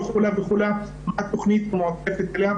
חולה וחולה מה התוכנית המועדפת עליה.